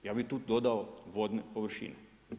Ja bih tu dodao vodne površine.